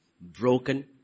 broken